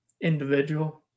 individual